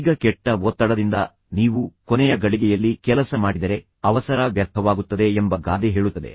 ಈಗ ಕೆಟ್ಟ ಒತ್ತಡದಿಂದ ನೀವು ಕೊನೆಯ ಗಳಿಗೆಯಲ್ಲಿ ಕೆಲಸ ಮಾಡಿದರೆ ಅವಸರ ವ್ಯರ್ಥವಾಗುತ್ತದೆ ಎಂಬ ಗಾದೆ ಹೇಳುತ್ತದೆ